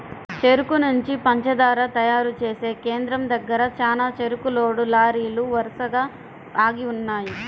చెరుకు నుంచి పంచదార తయారు చేసే కేంద్రం దగ్గర చానా చెరుకు లోడ్ లారీలు వరసగా ఆగి ఉన్నయ్యి